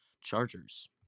Chargers